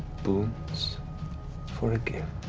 boons for a gift.